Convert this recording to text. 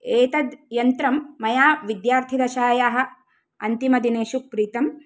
एतद् यन्त्रं मया विद्यार्थीदशायाः अन्तिमदिनेषु क्रीतं